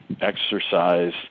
exercise